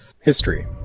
history